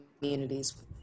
communities